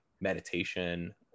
meditation